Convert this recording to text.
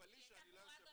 תתפלאי שאני לא יושב למעלה.